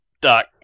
Doc